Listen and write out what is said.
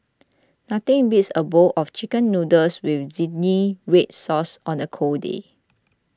nothing beats a bowl of Chicken Noodles with Zingy Red Sauce on a cold day